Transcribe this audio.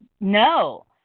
no